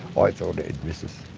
i thought it'd miss us.